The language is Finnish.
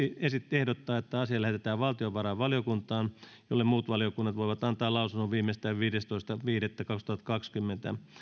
ehdottaa että asia lähetetään valtiovarainvaliokuntaan jolle muut valiokunnat voivat antaa lausunnon viimeistään kahdestoista viidettä kaksituhattakaksikymmentä